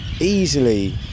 easily